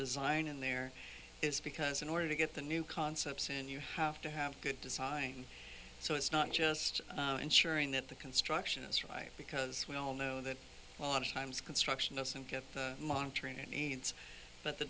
design in there is because in order to get the new concepts and you have to have good design so it's not just ensuring that the construction is right because we all know that a lot of times construction doesn't get the monitoring it needs but the